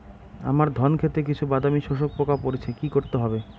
আমার ধন খেতে কিছু বাদামী শোষক পোকা পড়েছে কি করতে হবে?